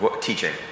teaching